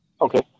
Okay